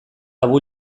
abu